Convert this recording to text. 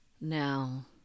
Now